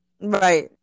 Right